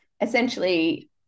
essentially